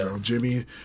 Jimmy